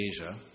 Asia